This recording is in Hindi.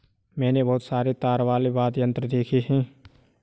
मैंने बहुत सारे तार वाले वाद्य यंत्र देखे हैं